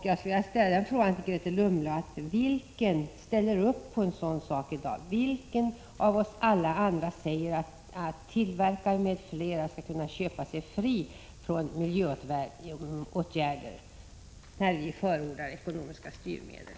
Jag skulle vilja fråga Grethe Lundblad: Vilka ställer upp på en sådan här sak i dag? Vem av oss säger att tillverkare och andra skulle kunna köpa sig fria från miljöåtgärder när vi förordar ekonomiska styrmedel?